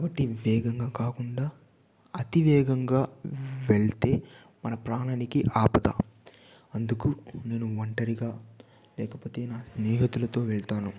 కాబట్టి వేగంగా కాకుండా అతి వేగంగా వెళ్తే మన ప్రాణానికి ఆపద అందుకు నేను ఒంటరిగా లేకపోతే నా స్నేహితులతో వెళ్తాను